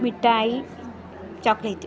മിഠായി ചോക്ലേറ്റ്